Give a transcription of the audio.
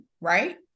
right